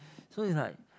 so is like